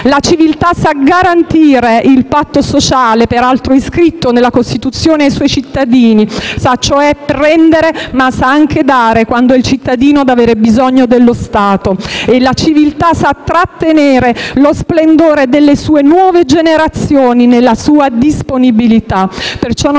La civiltà sa garantire il patto sociale - peraltro iscritto nella Costituzione - ai suoi cittadini, sa cioè prendere ma sa anche dare quando è il cittadino ad avere bisogno dello Stato e la civiltà sa trattenere lo splendore delle sue nuove generazioni nella sua disponibilità.